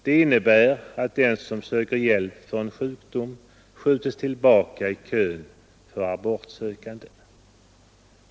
Det innebär att den som söker hjälp för en sjukdom skjuts tillbaka i kön av abortsökande.